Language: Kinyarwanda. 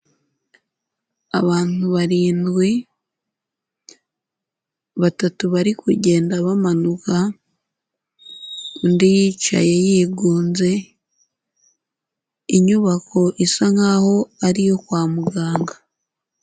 Abantu barindwi, batatu bari kugenda bamanuka, undi yicaye yigunze, inyubako isa nk'aho ariyo kwa muganga.